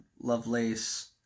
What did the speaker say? Lovelace